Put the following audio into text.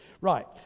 Right